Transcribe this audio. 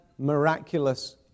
miraculous